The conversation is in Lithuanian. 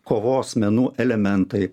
kovos menų elementai